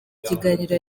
ikiganiro